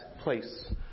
place